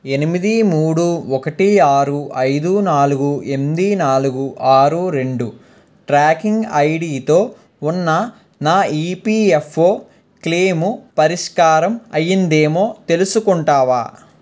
ఎనిమిది మూడు ఒకటి ఆరు అయిదు నాలుగు ఎంది నాలుగు ఆరు రెండు ట్రాకింగ్ ఐడితో ఉన్న నా ఈపిఎప్ఓ క్లెయిము పరిష్కారం అయ్యిందేమో తెలుసుకొంటావా